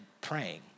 praying